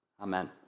Amen